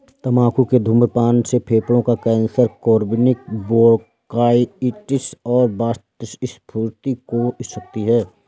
तंबाकू के धूम्रपान से फेफड़ों का कैंसर, क्रोनिक ब्रोंकाइटिस और वातस्फीति हो सकती है